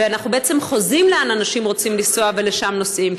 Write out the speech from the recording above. ואנחנו בעצם חוזים לאן אנשים רוצים לנסוע ולשם נוסעים,